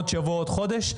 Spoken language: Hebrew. שבוע או חודש,